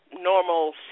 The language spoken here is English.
Normal